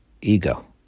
ego